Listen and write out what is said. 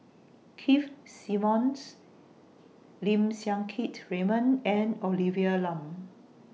Keith Simmons Lim Siang Keat Raymond and Olivia Lum